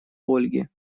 ольге